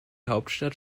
hauptstadt